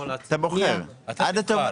שנייה.